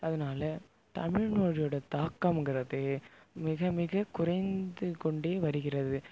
அதனால தமிழ்மொழியோட தாக்கங்கிறது மிக மிகக் குறைந்து கொண்டே வருகிறது